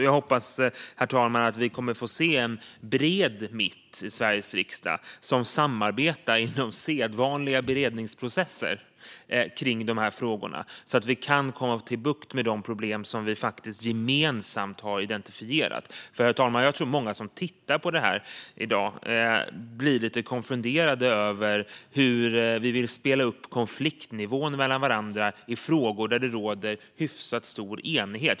Jag hoppas, herr talman, att vi kommer att få se en bred mitt i Sveriges riksdag som samarbetar inom sedvanliga beredningsprocesser när det gäller dessa frågor, så att vi kan få bukt med de problem som vi faktiskt gemensamt har identifierat. Jag tror att många som tittar på det här i dag, herr talman, blir lite konfunderade över hur vi vill spela upp konfliktnivån mellan varandra i frågor där det råder hyfsat stor enighet.